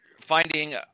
finding